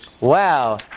Wow